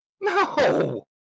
no